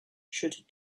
should